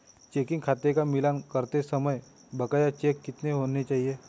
Checking खाते का मिलान करते समय बकाया चेक कितने होने चाहिए?